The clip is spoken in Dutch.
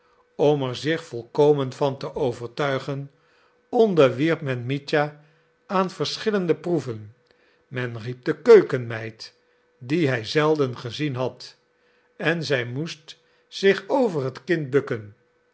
er zich volkomen van te overtuigen onderwierp men mitja aan verschillende proeven men riep de keukenmeid die hij zelden gezien had en zij moest zich over het kind bukken